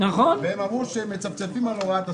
והם אמרו שהם מצפצפים על הוראת השר.